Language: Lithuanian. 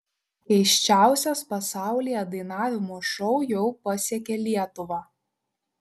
keisčiausias pasaulyje dainavimo šou jau pasiekė lietuvą